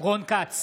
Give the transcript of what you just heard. רון כץ,